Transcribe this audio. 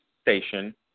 station